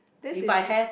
this is